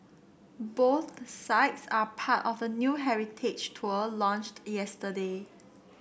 both sites are part of a new heritage tour launched yesterday